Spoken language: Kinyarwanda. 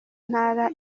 ntara